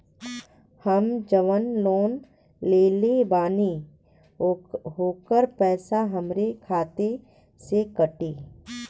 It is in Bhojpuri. हम जवन लोन लेले बानी होकर पैसा हमरे खाते से कटी?